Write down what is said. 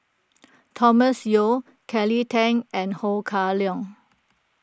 Thomas Yeo Kelly Tang and Ho Kah Leong